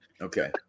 Okay